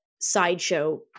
sideshow